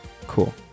cool